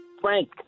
Frank